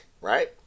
right